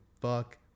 fuck